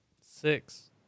Six